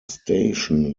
station